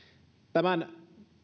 tämän